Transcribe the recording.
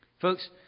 Folks